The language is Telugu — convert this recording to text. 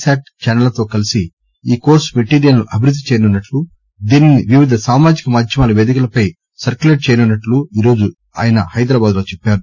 శాట్ ఛానళ్ళతో కలిసి ఈ కోర్సు మెటీరియల్ను అభివృద్ది చేయనున్నట్టు దీనిని వివిధ సామాజిక మాధ్యమాల వేదికలపై సర్క్యులేట్ చేయనున్నట్టు ఈరోజు ఆయన హైదరాబాద్లో చెప్పారు